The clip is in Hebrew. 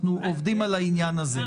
אנחנו עובדים על העניין הזה.